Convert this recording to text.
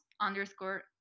underscore